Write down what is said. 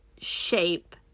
shape